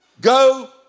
Go